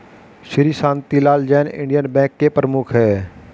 Shri Shantilal Jain Indian bank के प्रमुख है